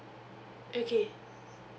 okay